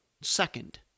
second